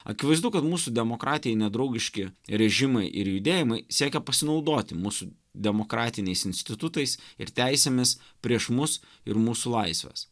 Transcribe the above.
akivaizdu kad mūsų demokratijai nedraugiški režimai ir judėjimai siekia pasinaudoti mūsų demokratiniais institutais ir teisėmis prieš mus ir mūsų laisves